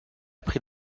pris